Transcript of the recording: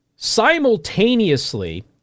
simultaneously